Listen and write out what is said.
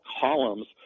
columns